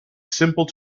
simple